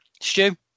Stu